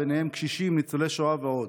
ובהם קשישים ניצולי שואה ועוד.